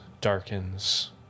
darkens